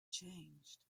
changed